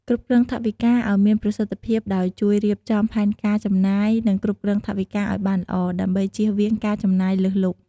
គ្រប់គ្រងថវិកាឲ្យមានប្រសិទ្ធភាពដោយ ជួយរៀបចំផែនការចំណាយ និងគ្រប់គ្រងថវិកាឲ្យបានល្អ ដើម្បីចៀសវាងការចំណាយលើសលុប។